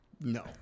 No